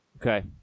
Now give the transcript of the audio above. Okay